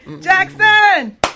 Jackson